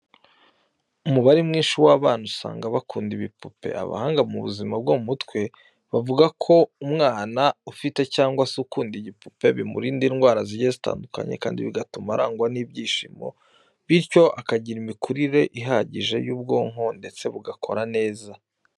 Umubare mwinshi w'abana usanga bakunda ibipupe. Abahanga mu buzima bwo mu mutwe, bavuga ko umwana ufite cyangwa se ukunda igipupe bimurinda indwara zigiye zitandukanye, kandi bigatuma arangwa n'ibyishimo, bityo akagira imikurire ihagije y'ubwonko ndetse bugakora neza.